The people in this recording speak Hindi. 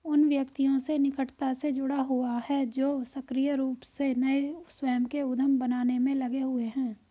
उन व्यक्तियों से निकटता से जुड़ा हुआ है जो सक्रिय रूप से नए स्वयं के उद्यम बनाने में लगे हुए हैं